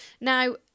Now